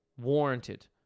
Warranted